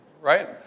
right